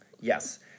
yes